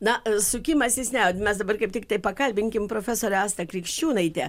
na sukimasis ne mes dabar kaip tiktai pakalbinkim profesorę astą krikščiūnaitę